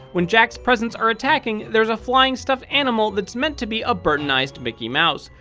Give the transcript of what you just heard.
when jack's presents are attacking, there's a flying stuffed animal that's meant to be a burton-ized mickey mouse.